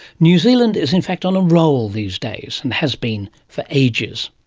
new zealand is in fact on a roll these days, and has been for ages.